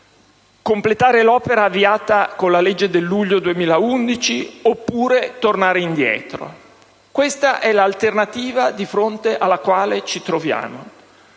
Completare l'opera avviata con la legge del luglio 2011, oppure tornare indietro: questa è l'alternativa di fronte alla quale ci troviamo,